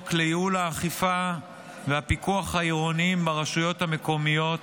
לייעול האכיפה והפיקוח העירוניים ברשויות המקומיות